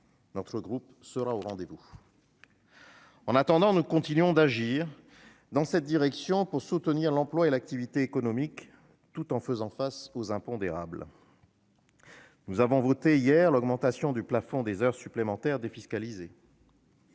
Le groupe RDPI sera au rendez-vous ! En attendant, nous continuons d'agir dans cette direction pour soutenir l'emploi et l'activité économique, tout en faisant face aux impondérables. Nous avons voté hier l'augmentation du plafond des heures supplémentaires défiscalisées.